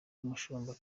umushumba